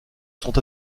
sont